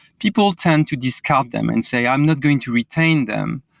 people tend to discount them and say, i'm not going to retain them,